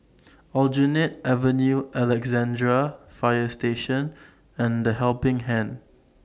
Aljunied Avenue Alexandra Fire Station and The Helping Hand